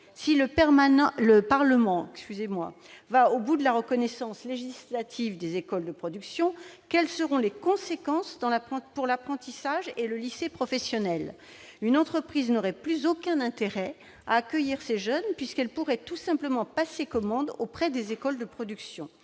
si le Parlement va au bout de la reconnaissance législative des écoles de production, quelles seront les conséquences pour l'apprentissage et pour le lycée professionnel ? Une entreprise n'aurait plus aucun intérêt à accueillir ces jeunes, puisqu'elle pourrait tout simplement passer commande auprès des écoles de production.